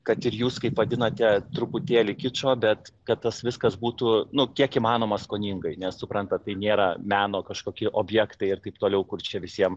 kad ir jūs kaip vadinate truputėlį kičo bet kad tas viskas būtų nu kiek įmanoma skoningai nes suprantat tai nėra meno kažkokie objektai ir taip toliau kur čia visiem